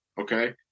okay